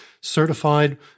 certified